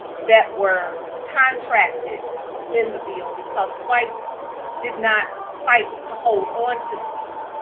that were contracted in the ville because whites did not fight to hold onto the ville.